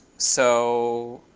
so